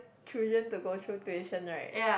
children to go through tuition right